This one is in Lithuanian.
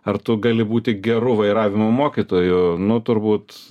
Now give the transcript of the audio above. ar tu gali būti geru vairavimo mokytoju nu turbūt